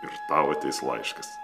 ir tau ateis laiškas